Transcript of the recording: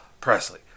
Presley